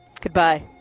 Goodbye